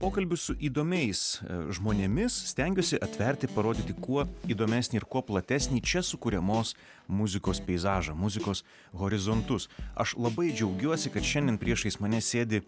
pokalbius su įdomiais žmonėmis stengiuosi atverti parodyti kuo įdomesnį ir kuo platesnį čia sukuriamos muzikos peizažą muzikos horizontus aš labai džiaugiuosi kad šiandien priešais mane sėdi